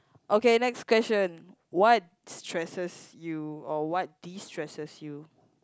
okay next question what stresses you or what destresses you